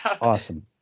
Awesome